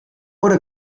oder